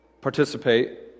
participate